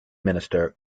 minister